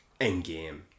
endgame